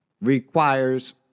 requires